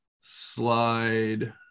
slide